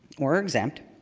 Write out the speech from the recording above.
or exempt